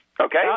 Okay